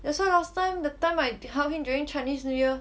that's why last time that time I help him during chinese new year